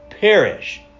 perish